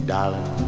Darling